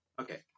Okay